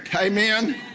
amen